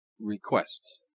requests